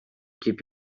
keep